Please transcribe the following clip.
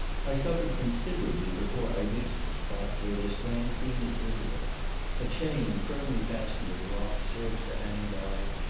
i suffered considerably before i reached the spot where this grand scene is visible a chain firmly fastened to the rock serves to hang by,